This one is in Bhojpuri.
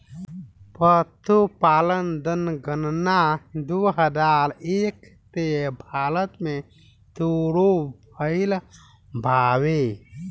पसुपालन जनगणना दू हजार एक से भारत मे सुरु भइल बावे